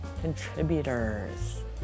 contributors